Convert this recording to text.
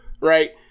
right